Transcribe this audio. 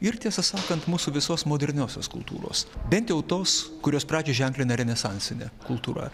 ir tiesą sakant mūsų visos moderniosios kultūros bent jau tos kurios pradžią ženklina renesansinė kultūra